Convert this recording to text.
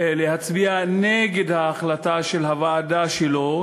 להצביע נגד ההחלטה של הוועדה שלו,